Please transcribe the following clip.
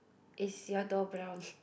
is your door brown